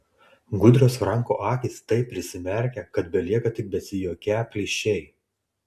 gudrios franko akys taip prisimerkia kad belieka tik besijuokią plyšiai